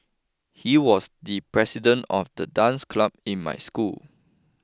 he was the president of the dance club in my school